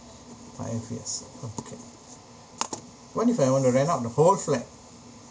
five years okay what if I want to rent out the whole flat